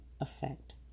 effect